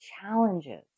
challenges